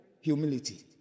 humility